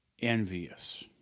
envious